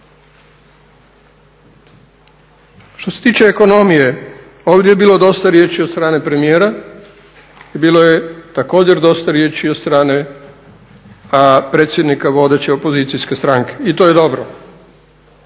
Što se tiče ekonomije, ovdje je bilo dosta riječi od strane premijera i bilo je također dosta riječi od strane predsjednika vodeće opozicijske stranke i to je dobro.